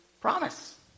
promise